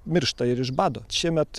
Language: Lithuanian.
miršta ir iš bado šiemet